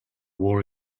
war